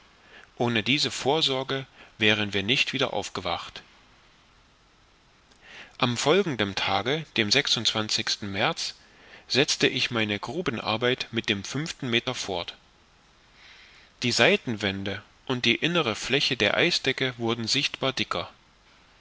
ohne diese vorsorge wären wir nicht wieder aufgewacht am folgenden tage dem märz setzte ich meine grubenarbeit mit dem fünften meter fort die seitenwände und die innere fläche der eisdecke wurden sichtbar dicker